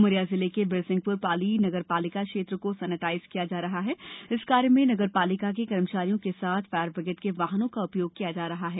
उमरिया जिले के बिरसिंहपुर पाली नगरपालिका क्षेत्र पूरे क्षेत्र को सेनेटाइज किया जा रहा है इस कार्य मे नगर पालिका के कर्मचारियों के साथ फायरब्रिगेड के वाहनो उपयोग किया जा रहा है